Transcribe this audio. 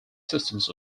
systems